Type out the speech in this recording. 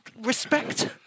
respect